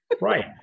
Right